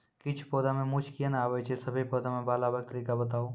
किछ पौधा मे मूँछ किये नै आबै छै, सभे पौधा मे बाल आबे तरीका बताऊ?